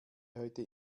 heute